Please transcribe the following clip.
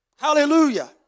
Hallelujah